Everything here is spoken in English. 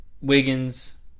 Wiggins